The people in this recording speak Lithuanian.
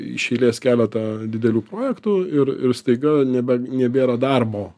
iš eilės keletą didelių projektų ir ir staiga nebe nebėra darbo